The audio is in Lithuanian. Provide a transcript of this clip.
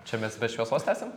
čia mes be šviesos esam